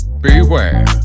Beware